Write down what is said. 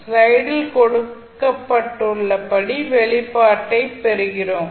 ஸ்லைடில் கொடுக்கப்பட்டுள்ள ஸ்டெப் வெளிப்பாட்டைப் பெறுகிறோம்